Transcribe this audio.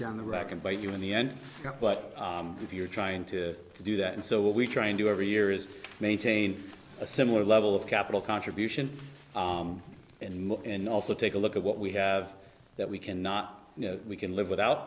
down the rack and bite you in the end but if you're trying to do that and so what we try and do every year is maintain a similar level of capital contribution and also take a look at what we have that we can not you know we can live without